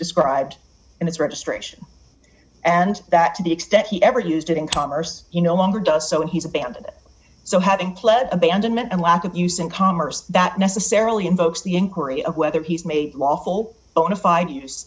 described in its registration and that to the extent he ever used it in commerce you no longer does so he's a bandit so having pled abandonment and lack of use in commerce that necessarily invokes the inquiry of whether he's made a lawful bona fide use